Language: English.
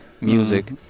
music